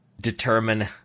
determine